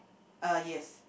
uh yes